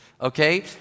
okay